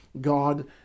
God